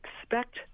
expect